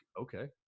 Okay